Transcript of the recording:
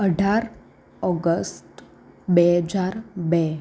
અઢાર ઓગસ્ટ બે હજાર બે